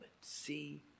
See